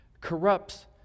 corrupts